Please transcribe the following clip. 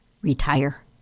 retire